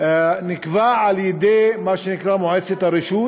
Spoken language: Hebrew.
נקבע על-ידי מה שנקרא מועצת הרשות,